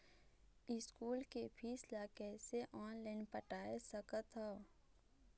School के फीस ला कैसे ऑनलाइन पटाए सकत हव?